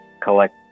collect